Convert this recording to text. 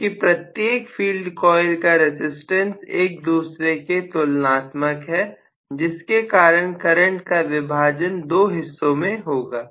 क्योंकि प्रत्येक field coil का रजिस्टेंस एक दूसरे के तुलनात्मक है जिसके कारण करंट का विभाजन दो हिस्सों में होगा